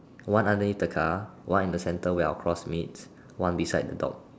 one underneath the car one in the center where our cross meet one beside the dog